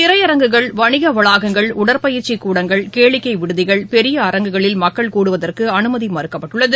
திரையரங்குகள் வணிகவளாகங்கள் உடற்பயிற்சி கூடங்கள் கேளிக்கை விடுதிகள் பெரிய அரங்குகளில் மக்கள் கூடுவதற்கு அனுமதி மறுக்கப்பட்டுள்ளது